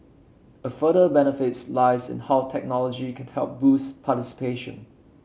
a further benefits lies in how technology can help boost participation